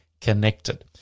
connected